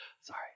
Sorry